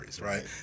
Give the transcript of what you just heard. right